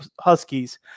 huskies